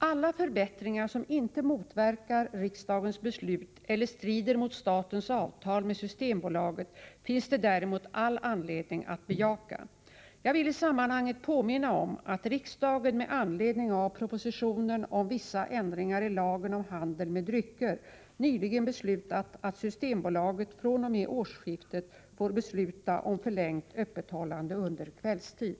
Alla förbättringar som inte motverkar riksdagens beslut eller strider mot statens avtal med Systembolaget finns det däremot all anledning att bejaka. Jag vill i sammanhanget påminna om att riksdagen med anledning av propositionen om vissa ändringar i lagen om handel med drycker nyligen beslutat att Systembolaget fr.o.m. årsskiftet får besluta om förlängt öppethållande under kvällstid.